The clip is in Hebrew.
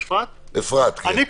סליחה, אפרת, אני רוצה להגיד משהו.